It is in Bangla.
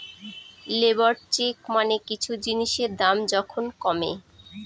লেবর চেক মানে কিছু জিনিসের দাম যখন কমে